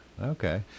Okay